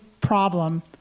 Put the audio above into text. problem